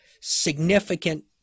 significant